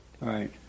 right